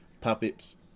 puppets